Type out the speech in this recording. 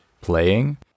playing